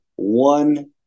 one